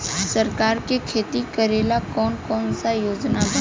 सरकार के खेती करेला कौन कौनसा योजना बा?